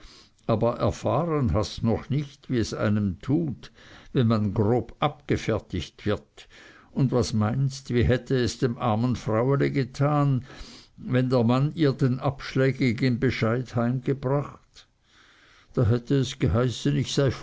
aber erfahren hast noch nicht wie es einem tut wenn man grob abgefertigt wird und was meinst wie hätte es dem armen fraueli getan wenn der mann ihr den abschlägigen bescheid heimgebracht da hätte es geheißen